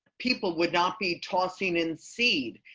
people would not be tossing in seed.